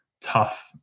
tough